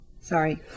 sorry